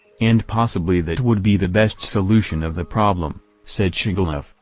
and possibly that would be the best solution of the problem, said shigalov,